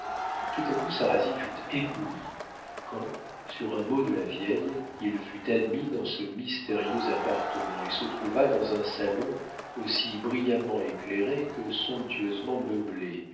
tout à coup sarrasine fut ébloui quand sur un mot de la vieille il fut admis dans ce mystérieux appartement et se trouva dans un salon aussi brillamment éclairé que somptueusement meublé